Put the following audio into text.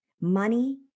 Money